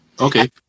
Okay